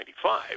1995